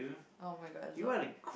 [oh]-my-god I love it